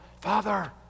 Father